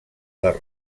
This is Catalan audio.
les